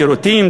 שירותים,